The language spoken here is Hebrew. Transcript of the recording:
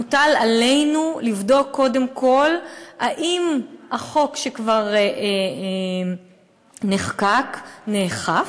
מוטל עלינו לבדוק קודם כול אם החוק שכבר נחקק נאכף,